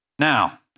Now